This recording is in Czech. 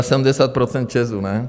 70 % ČEZu, ne?